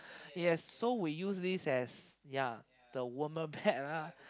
yes so we use this as yeah the warmer bed lah